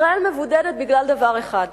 ישראל מבודדת בגלל דבר אחד: